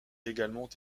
également